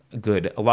good